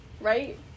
Right